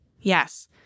Yes